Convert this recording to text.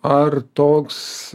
ar toks